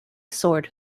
soared